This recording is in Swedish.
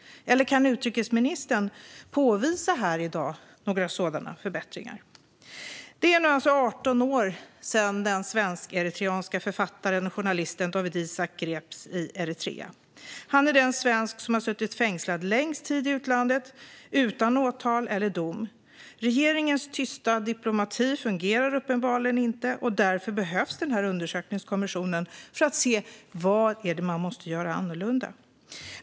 Eller kan utrikesministern här i dag påvisa några sådana förbättringar? Det är nu alltså 18 år sedan den svensk-eritreanske författaren och journalisten Dawit Isaak greps i Eritrea. Han är den svensk som har suttit fängslad längst tid i utlandet, utan åtal eller dom. Regeringens tysta diplomati fungerar uppenbarligen inte, och därför behövs den här undersökningskommissionen för att se vad man måste göra annorlunda.